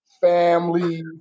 family